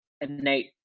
innate